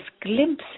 glimpses